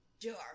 Dark